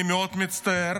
אני מאוד מצטער